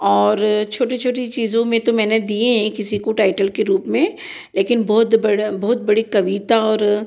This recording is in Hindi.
और छोटी छोटी चीज़ों में तो मैंने दिए हैं किसी को टाइटल के रूप में लेकिन बहुत बड़ा बहुत बड़ी कविता और